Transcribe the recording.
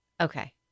Okay